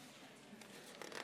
מרים